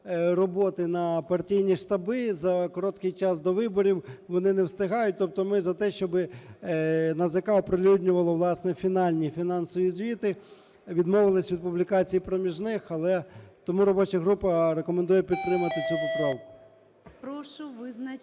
роботи на партійні штаби, за короткий час до виборів вони не встигають. Тобто ми за те, щоби НАЗК оприлюднювало, власне, фінальні фінансові звіти і відмовилася від публікації проміжних. Але… Тому робоча група пропонує підтримати цю поправку.